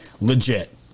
legit